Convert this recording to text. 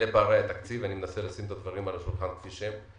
אלה פערי התקציב אני מנסה לשים את הדברים על השולחן כפי שהם.